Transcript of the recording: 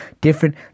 Different